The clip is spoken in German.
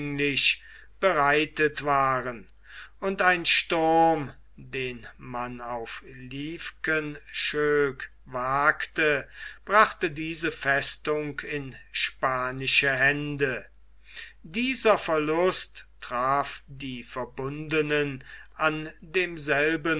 hinlänglich bereitet waren und ein sturm den man auf lieskenshoek wagte brachte diese festung in spanische hände dieser verlust traf die verbundenen an demselben